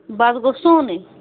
بَتہٕ گوٚو سونُے